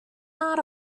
not